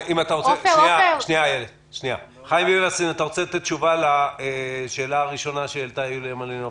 אם אתה רוצה לענות תשובה לשאלה הראשונה שהעלתה יוליה מלינובסקי.